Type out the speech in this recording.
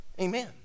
Amen